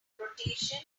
rotation